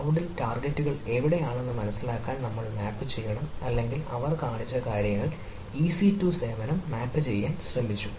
ക്ലൌഡിൽ ടാർഗെറ്റുകൾ എവിടെയാണെന്ന് മനസിലാക്കാൻ ഞങ്ങൾ മാപ്പ് ചെയ്യണം അല്ലെങ്കിൽ അവർ കാണിച്ച കാര്യങ്ങൾ ഇസി 2 സേവനം മാപ്പ് ചെയ്യാൻ ശ്രമിച്ചു